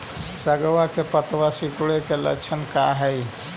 सगवा के पत्तवा सिकुड़े के लक्षण का हाई?